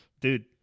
dude